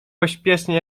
pośpiesznie